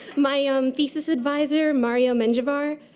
my um thesis advisor, mario menjivar.